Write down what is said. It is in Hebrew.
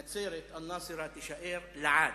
נצרת, אל-נצרא, תישאר לעד.